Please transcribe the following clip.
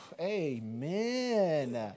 amen